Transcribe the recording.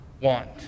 want